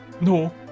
No